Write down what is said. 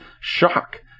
shock